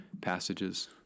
passages